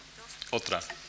Otra